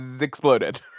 exploded